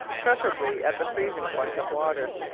preferably at the freezing point of water.